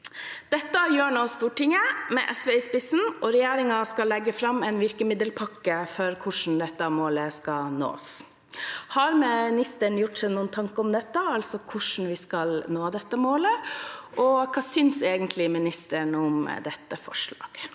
Dette gjør Stortinget nå, med SV i spissen, og regjeringen skal legge fram en virkemiddelpakke for hvordan dette målet skal nås. Har ministeren gjort seg noen tanker om dette, altså om hvordan vi skal nå dette målet, og hva synes egentlig ministeren om dette forslaget?